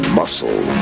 muscle